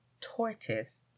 Tortoise